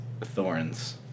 thorns